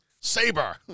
Saber